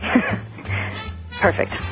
Perfect